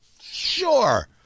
Sure